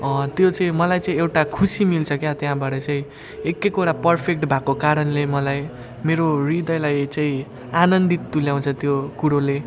त्यो चाहिँ मलाई चाहिँ एउटा खुसी मिल्छ क्या त्यहाँबाट चाहिँ एक एकवटा पर्फेक्ट भएको कारणले मलाई मेरो हृदयलाई चाहिँ आनन्दित तुल्याउँछ त्यो कुरोले